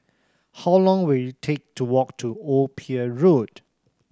how long will it take to walk to Old Pier Road